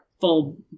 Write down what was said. full